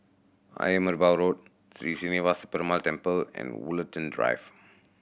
Ayer Merbau Road Sri Srinivasa Perumal Temple and Woollerton Drive